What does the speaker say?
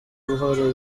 buhoro